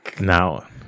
Now